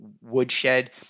woodshed